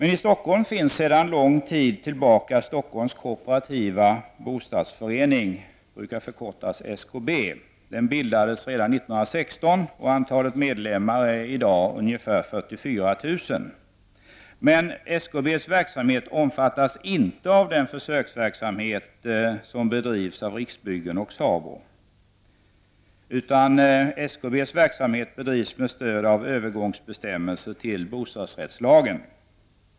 I Stockholm finns sedan lång tid tillbaka Denna bildades redan 1916, och antalet medlemmar är i dag ca 44 000. SKBs verksamhet omfattas inte av den försöksverksamhet som bedrivs av Riksbyggen och SABO. SKBs verksamhet bedrivs i stället med stöd av övergångsbestämmelser till bostadsrättslagen.